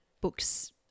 books